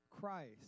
Christ